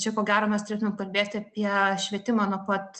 čia ko gero mes turėtumėm kalbėti apie švietimą nuo pat